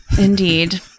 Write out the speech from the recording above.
indeed